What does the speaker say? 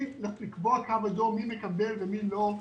לקבוע קו אדום מי מקבל ומי לא,